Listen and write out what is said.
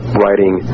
writing